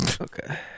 Okay